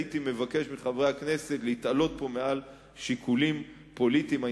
הייתי מבקש מחברי הכנסת להתעלות פה מעל שיקולים פוליטיים.